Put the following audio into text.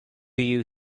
you